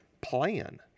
plan